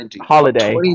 Holiday